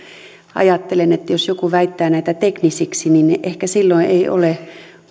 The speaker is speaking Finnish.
ajattelen että jos joku väittää näitä teknisiksi niin niin ehkä silloin ei ole